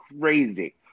crazy